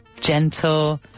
gentle